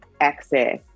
access